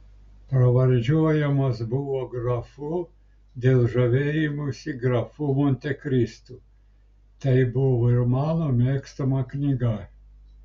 pravardžiuojamas buvo grafu dėl žavėjimosi grafu montekristu tai buvo ir mano mėgstama knyga